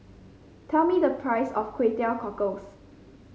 tell me the price of Kway Teow Cockles